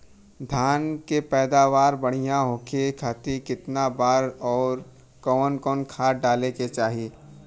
धान के पैदावार बढ़िया होखे खाती कितना बार अउर कवन कवन खाद डाले के चाही?